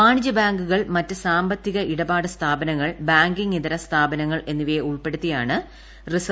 വാണ്ണിജ്യ്ബാങ്കുകൾ മറ്റ് സാമ്പത്തിക ഇടപാട് സ്ഥാപനങ്ങൾ ബാങ്കിംഗ് ഇത്ർ സ്ഥാപനങ്ങൾ ് എന്നിവയെ ഉൾപ്പെടുത്തിയാണ് ആർ